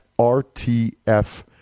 RTF